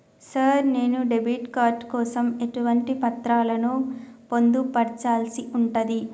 Sir నేను debit card కోసం ఎటువంటి పత్రాలను పొందుపర్చాల్సి ఉంటది?